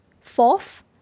Fourth